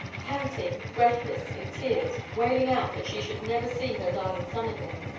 panting, breathless, in tears, wailing out that she should never see her darling son again,